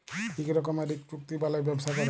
ইক রকমের ইক চুক্তি বালায় ব্যবসা ক্যরে